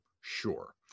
Sure